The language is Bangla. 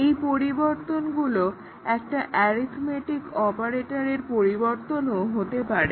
এই পরিবর্তনগুলো একটা অ্যারিথমেটিক অপারেটরের পরিবর্তনও হতে পারে